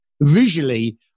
visually